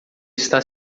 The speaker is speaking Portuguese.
está